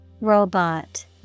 Robot